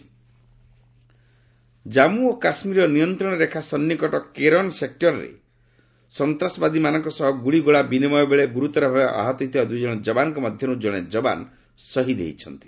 J and K Jammu ଓ କାଶ୍ମୀରର ନିୟନ୍ତ୍ରଣ ରେଖା ସନ୍ଦିକଟ କେରନ୍ ସେକ୍ଟରରେ ସନ୍ତାସବାଦୀମାନଙ୍କ ସହ ଗୁଳିଗୋଳା ବିନିମୟ ବେଳେ ଗୁରୁତର ଭାବେ ଆହତ ହୋଇଥିବା ଦୁଇ ଜଣ ଯବାନଙ୍କ ମଧ୍ୟରୁ ଜଣେ ଯବାନ୍ ସହିଦ୍ ହୋଇଛନ୍ତି